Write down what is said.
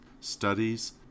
studies